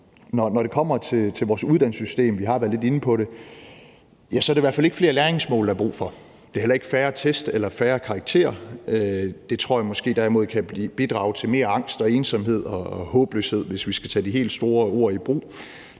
Når det kommer til vores uddannelsessystem, vi har været lidt inde på det, er det i hvert fald ikke flere læringsmål, der er brug for, det er heller ikke færre test eller færre karakterer, for det tror jeg derimod kan bidrage til mere angst, ensomhed og håbløshed, hvis vi skal tage de helt store ord i brug.